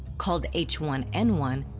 called h one n one,